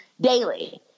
daily